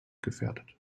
gefährdet